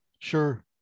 Sure